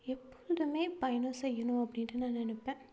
எப்பொழுதும் பயணம் செய்யணும் அப்படின்னு நான் நினப்பேன்